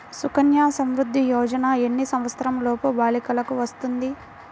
సుకన్య సంవృధ్ది యోజన ఎన్ని సంవత్సరంలోపు బాలికలకు వస్తుంది?